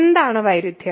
എന്താണ് വൈരുദ്ധ്യം